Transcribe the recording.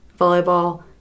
volleyball